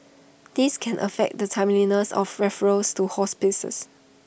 this can affect the timeliness of referrals to hospices